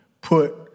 put